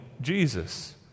Jesus